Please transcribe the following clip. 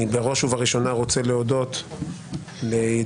אני בראש ובראשונה רוצה להודות לידידי,